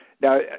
Now